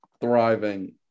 thriving